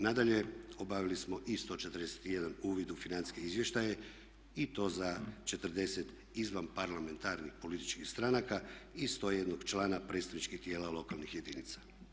Nadalje, obavili smo i 141 uvid u financijske izvještaje i to za 40 izvanparlamentarnih političkih stranaka i 101 člana predstavničkih tijela lokalnih jedinica.